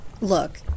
look